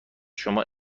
شما